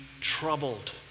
troubled